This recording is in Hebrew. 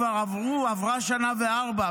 כבר עברו שנה וארבע,